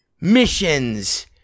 missions